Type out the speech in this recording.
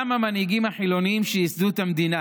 גם המנהיגים החילונים שייסדו את המדינה